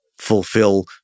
fulfill